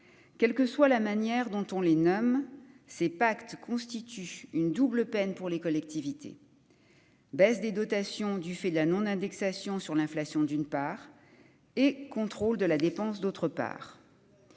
quelle que soit la manière dont on les nomme ces pactes constitue une double peine pour les collectivités, baisse des dotations du fait de la non-indexation sur l'inflation d'une part et contrôle de la dépense, d'autre part.